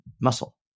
muscle